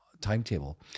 timetable